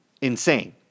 insane